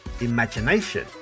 Imagination